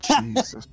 Jesus